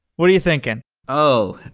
what are you thinking? oh.